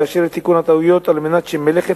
לאשר את תיקון הטעויות על מנת שמלאכת